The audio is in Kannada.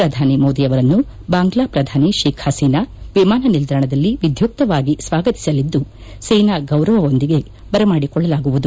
ಪ್ರಧಾನಿ ಮೋದಿಯವರನ್ನು ಬಾಂಗ್ಲಾ ಪ್ರಧಾನಿ ಶೇಕ್ ಹಸೀನಾ ವಿಮಾನ ನಿಲ್ಗಾಣದಲ್ಲಿ ವಿಧ್ಯುಕ್ತವಾಗಿ ಸ್ವಾಗತಿಸಲಿದ್ದು ಸೇನಾ ಗೌರವದೊಂದಿಗೆ ಬರಮಾಡಿಕೊಳ್ಳಲಾಗುವುದು